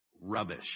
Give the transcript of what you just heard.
Rubbish